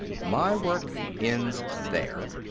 my work ends there.